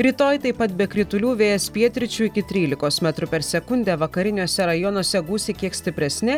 rytoj taip pat be kritulių vėjas pietryčių iki trylikos metrų per sekundę vakariniuose rajonuose gūsiai kiek stipresni